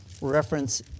Reference